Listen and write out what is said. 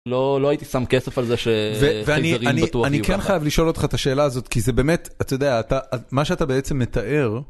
לא לא הייתי שם כסף על זה שחייזרים בטוח... ואני אני כן חייב לשאול אותך את השאלה הזאת, כי זה באמת, אתה יודע, מה שאתה בעצם מתאר.